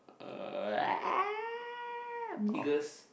uh eh meagre's